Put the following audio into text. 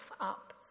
up